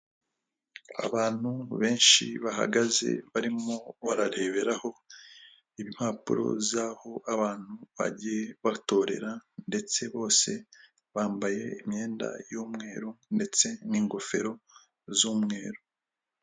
Abantu benshi bahagaze barimo barareberaho impapuro z'aho abantu bagiye batorera ndetse bose bambaye imyenda y'umweru ndetse n'ingofero z'umweru.